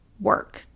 work